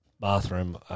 Bathroom